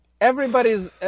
everybody's